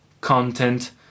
content